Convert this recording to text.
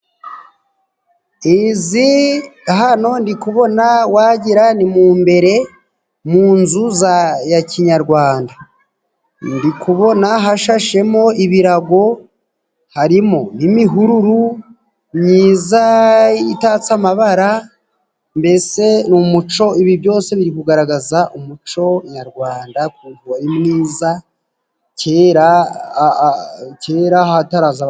Izi hano ndikubona wagira ni mu mbere mu nzu ya kinyarwanda, ndikubona hashashemo ibirago harimo imihururu myiza itatse amabara, mbese ibi byose biri kugaragaza umuco nyarwanda ko ari mwiza kera kera hataraza.